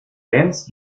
bernds